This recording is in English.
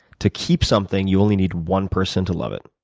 to keep something, you only need one person to love it.